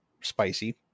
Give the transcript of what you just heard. spicy